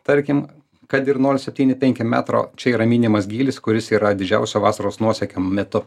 tarkim kad ir nol septyni penki metro čia yra minimas gylis kuris yra didžiausio vasaros nuosekio metu